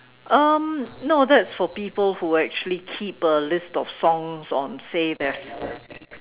um no that's for people who actually keep a list of songs on say their ph~